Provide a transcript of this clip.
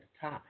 time